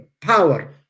power